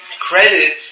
credit